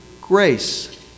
grace